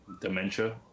dementia